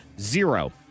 zero